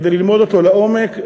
כדי ללמוד אותו לעומק.